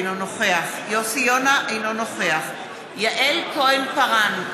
אינו נוכח יוסי יונה, אינו נוכח יעל כהן-פארן,